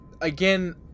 again